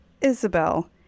Isabel